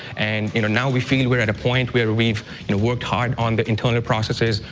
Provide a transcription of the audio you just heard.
and you know now we feel we're at a point where we've worked hard on the internal processes,